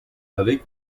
avec